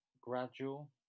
gradual